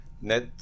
net